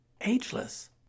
ageless